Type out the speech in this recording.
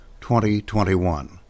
2021